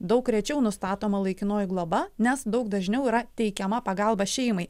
daug rečiau nustatoma laikinoji globa nes daug dažniau yra teikiama pagalba šeimai